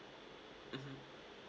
mmhmm